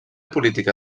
política